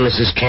Mrs